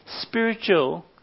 spiritual